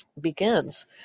begins